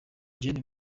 gen